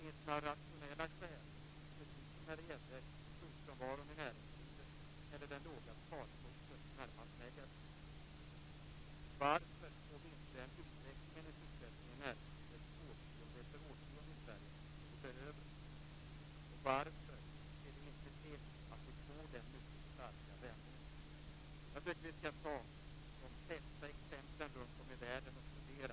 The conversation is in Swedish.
Fru talman! Låt mig börja med att tacka statsrådet för svaret. Det är i och för sig en vanlig inledning på en interpellationsdebatt, men den känns mer angelägen nu när det har blivit så att flera av statsråden inte tycker att de behöver svara på interpellationer. Jag vill därför uttrycka min speciella glädje över att statsrådet Klingvall inte tillhör den gruppen.